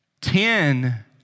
Ten